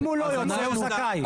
אם הוא לא יוצא הוא זכאי.